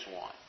one